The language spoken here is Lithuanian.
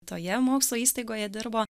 toje mokslo įstaigoje dirbo